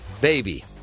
Baby